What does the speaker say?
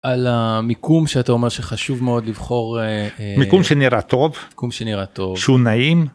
על המיקום שאתה אומר שחשוב מאוד לבחור מקום שנראה טוב מיקום שנראה טוב שהוא נעים.